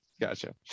gotcha